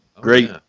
great